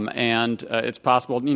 and and it's possible,